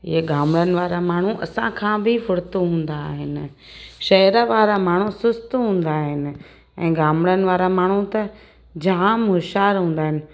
हीउ गामणनि वारा माण्हू असांखा बि फुर्त हूंदा आहिनि शहर वारा माण्हू सुस्त हूंदा आहिनि ऐं गामणनि वारा माण्हू त जाम होश्यारु हूंदा आहिनि